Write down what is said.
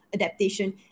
adaptation